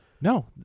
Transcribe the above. no